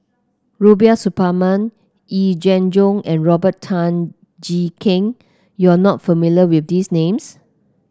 Rubiah Suparman Yee Jenn Jong and Robert Tan Jee Keng you are not familiar with these names